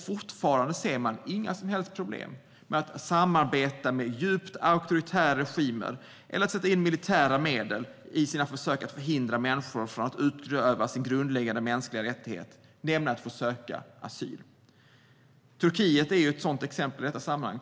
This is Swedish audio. Fortfarande ser man inga som helst problem med att samarbeta med djupt auktoritära regimer eller att sätta in militära medel i sina försök att förhindra människor från att utöva sina grundläggande mänskliga rättigheter, nämligen att få söka asyl. Turkiet är ett sådant exempel i detta sammanhang.